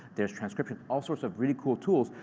there's transcription. all sorts of really cool tools.